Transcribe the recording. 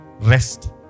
rest